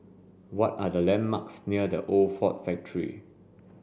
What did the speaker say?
what are the landmarks near The Old Ford Factory